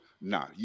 No